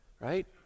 right